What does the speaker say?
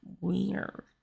weird